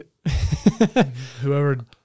whoever